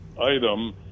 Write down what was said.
item